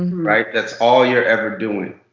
right? that's all you're ever doing.